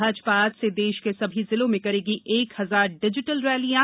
भाजपा आज से देश के सभी ज़िलों में करेगी एक हजार डिजिटल रैलियां